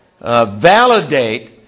validate